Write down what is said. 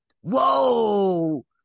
Whoa